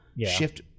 shift